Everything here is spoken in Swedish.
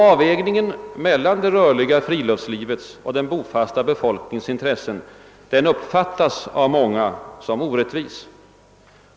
Avvägningen mellan det rörliga friluftslivets och den bofasta befolkningens intressen uppfattas av många som orättvis.